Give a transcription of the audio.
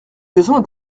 besoin